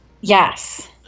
Yes